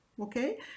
Okay